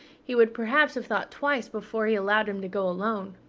he would perhaps have thought twice before he allowed him to go alone.